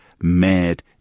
mad